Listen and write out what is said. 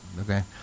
okay